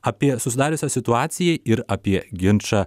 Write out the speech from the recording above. apie susidariusią situaciją ir apie ginčą